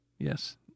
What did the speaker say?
Yes